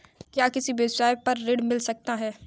क्या किसी व्यवसाय पर ऋण मिल सकता है?